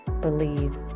believe